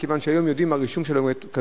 כיוון שהיום יודעים על הרישום של הקילומטרז'.